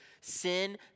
sin